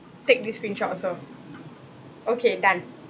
take this screen shot also okay done